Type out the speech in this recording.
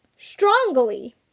strongly